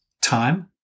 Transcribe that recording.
time